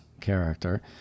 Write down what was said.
character